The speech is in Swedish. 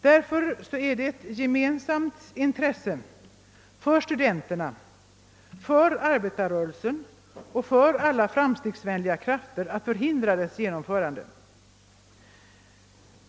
Därför är det ett gemensamt intresse för studenterna, för arbetarrörelsen och för alla framstegsvänliga krafter att förhindra dess genomförande.